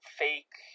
fake